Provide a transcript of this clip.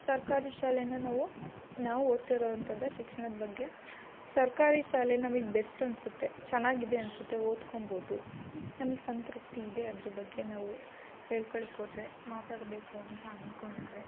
ಸರ್ಕಾರಿ ಶಾಲೆನ ನಾವು ನಾವು ಓದ್ತಾ ಇರೋವಂಥದ್ದು ಶಿಕ್ಷಣದ ಬಗ್ಗೆ ಸರ್ಕಾರಿ ಶಾಲೆ ನಮಗೆ ಬೆಸ್ಟ್ ಅನ್ಸುತ್ತೆ ಚೆನ್ನಾಗಿದೆ ಅನ್ಸುತ್ತೆ ಓದ್ಕೊಂಬೌದು ನಮಗೆ ಸಂತೃಪ್ತಿ ಇದೆ ಅದ್ರ ಬಗ್ಗೆ ನಾವು ಹೇಳ್ಕೊಳಕ್ ಹೋದ್ರೆ ಮಾತಾಡಬೇಕು ಅಂತ ಅನ್ಕೊಂಡರೆ